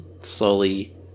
slowly